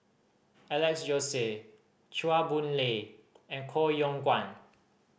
Alex Josey Chua Boon Lay and Koh Yong Guan